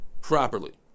properly